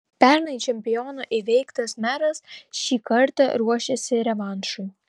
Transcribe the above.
pernai čempiono įveiktas meras šį kartą ruošiasi revanšui